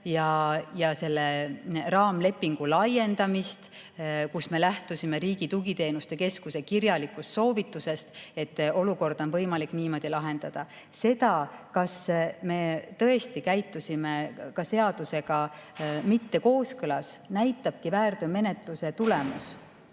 ja selle raamlepingu laiendamist, mille korral me lähtusime Riigi Tugiteenuste Keskuse kirjalikust soovitusest, et olukorda on võimalik niimoodi lahendada. Seda, kas me tõesti käitusime seadusega mitte kooskõlas, näitabki väärteomenetluse tulemus.